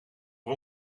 per